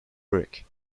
brick